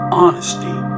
honesty